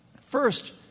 First